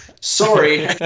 sorry